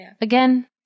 again